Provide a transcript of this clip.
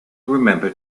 remember